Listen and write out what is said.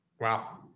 Wow